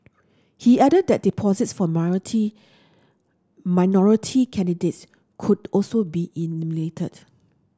he added that deposits for minority candidates could also be eliminated